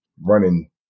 running